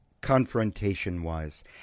confrontation-wise